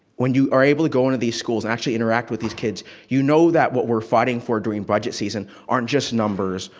when you are able to go into these schools and actually interact with these kids, you know that what we're fighting for during budget season aren't just numbers,